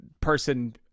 person